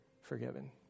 forgiven